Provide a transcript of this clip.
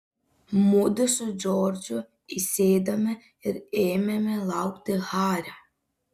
mudu su džordžu įsėdome ir ėmėme laukti hario